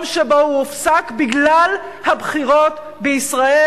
שבו הוא הופסק בגלל הבחירות בישראל,